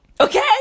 Okay